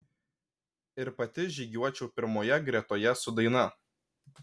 ir pati žygiuočiau pirmoje gretoje su daina